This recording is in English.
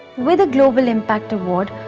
with a global impact award,